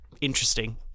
interesting